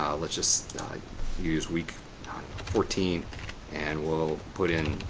um let's just use week fourteen and we'll put in